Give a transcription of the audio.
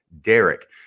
Derek